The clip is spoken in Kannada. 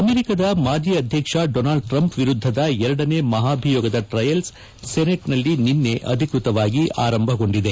ಅಮೆರಿಕದ ಮಾಜಿ ಅಧ್ಯಕ್ಷ ಡೊನಾಲ್ಡ್ ಟ್ರಂಪ್ ವಿರುದ್ದದ ಎರಡನೇ ಮಹಾಭಿಯೋಗದ ಟ್ರಯಲ್ಲ್ ಸೆನೆಟ್ ನಲ್ಲಿ ನಿನ್ನೆ ಅಧಿಕೃತವಾಗಿ ಆರಂಭಗೊಂಡಿದೆ